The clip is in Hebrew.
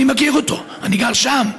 אני מכיר אותו, אני גר שם,